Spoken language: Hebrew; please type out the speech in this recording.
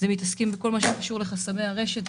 אנחנו מתעסקים בכל מה שקשור לחסמי הרשת.